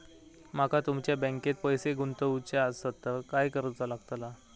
माका तुमच्या बँकेत पैसे गुंतवूचे आसत तर काय कारुचा लगतला?